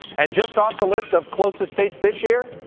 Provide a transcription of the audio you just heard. and just off the list of closest states this year,